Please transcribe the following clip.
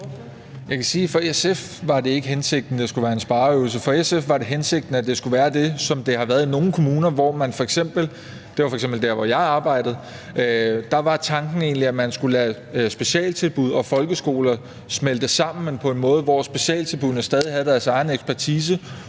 for SF var det ikke hensigten, at det skulle være en spareøvelse. For SF var det hensigten, at det skulle være, som det har været i nogle kommuner, f.eks. der, hvor jeg arbejdede. Der var tanken egentlig, at man skulle lade specialtilbud og folkeskole smelte sammen, men på en måde, hvor specialtilbuddene stadig havde deres egen ekspertise,